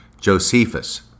Josephus